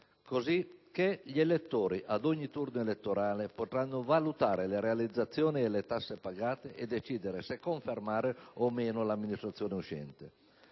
cosicché gli elettori, ad ogni turno elettorale, potranno valutare le realizzazioni e le tasse pagate e decidere se confermare o meno l'amministratore uscente.